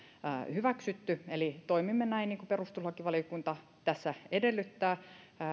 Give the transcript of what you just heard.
hyväksytty eli toimimme niin kuin perustuslakivaliokunta edellyttää